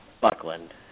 Buckland